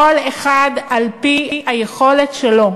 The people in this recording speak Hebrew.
כל אחד על-פי היכולת שלו.